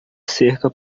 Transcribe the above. cerca